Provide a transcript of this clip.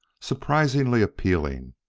surprisingly appealing,